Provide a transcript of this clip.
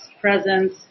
presence